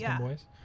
Boys